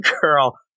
girl